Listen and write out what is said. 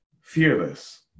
fearless